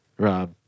Rob